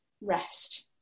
Rest